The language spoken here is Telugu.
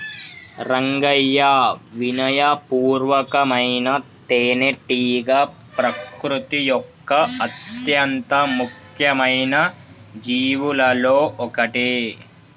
రంగయ్యా వినయ పూర్వకమైన తేనెటీగ ప్రకృతి యొక్క అత్యంత ముఖ్యమైన జీవులలో ఒకటి